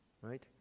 right